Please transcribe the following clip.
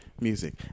music